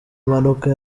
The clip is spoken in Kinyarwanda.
mpanuka